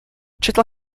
četla